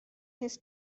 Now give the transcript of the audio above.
his